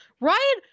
right